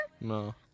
No